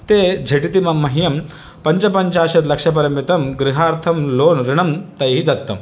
ते झटिति मम मह्यं पञ्चपञ्चाशत्लक्षपरिमितं गृहार्थं लोन् ऋणं तैः दत्तम्